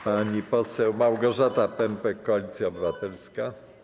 Pani poseł Małgorzata Pępek, Koalicja Obywatelska.